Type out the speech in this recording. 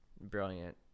brilliant